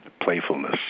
playfulness